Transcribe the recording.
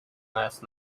last